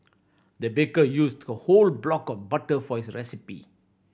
the baker used a whole block of butter for this recipe